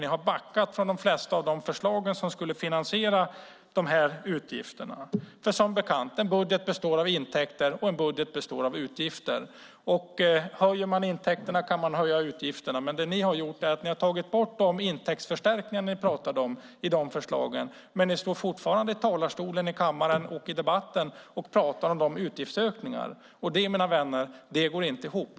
Ni har backat från de flesta av de förslag som skulle finansiera dessa utgifter. En budget består av intäkter och utgifter. Höjer man intäkterna kan man höja utgifterna. Men det ni har gjort är att ni har tagit bort de intäktsförstärkningar ni har talat om för de förslagen. Men ni står fortfarande i talarstolen i kammaren och i debatten och talar om utgiftsökningar. Det, mina vänner, går inte ihop.